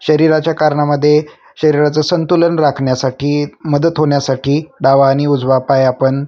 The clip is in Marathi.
शरीराच्या कारणामध्ये शरीराचं संतुलन राखण्यासाठी मदत होण्यासाठी डावा आणि उजवा पाय आपण